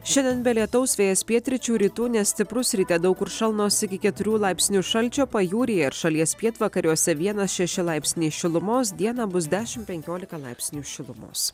šiandien be lietaus vėjas pietryčių rytų nestiprus ryte daug kur šalnos iki keturių laipsnių šalčio pajūryje ir šalies pietvakariuose vienas šeši laipsniai šilumos dieną bus dešim penkiolika laipsnių šilumos